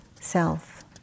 self